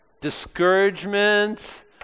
Discouragement